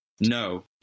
No